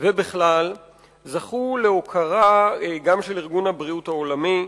ובכלל זכו להוקרה גם של ארגון הבריאות העולמי.